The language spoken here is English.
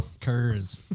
Curse